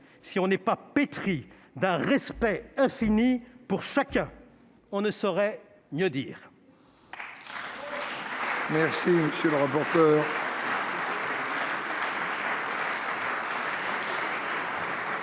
si on n'est pas pétri d'un respect infini pour chacun ». On ne saurait mieux dire